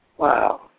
Wow